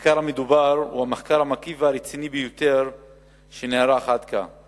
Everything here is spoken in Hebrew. המחקר המדובר הוא המחקר המקיף והרציני ביותר שנערך עד כה.